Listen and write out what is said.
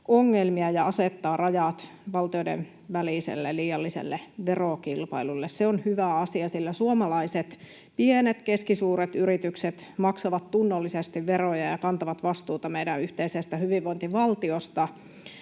ja asettaa rajat valtioiden välisellä liialliselle verokilpailulle. Se on hyvä asia, sillä suomalaiset, pienet ja keskisuuret yritykset maksavat tunnollisesti veroja ja kantavat vastuuta meidän yhteisestä hyvinvointivaltiosta.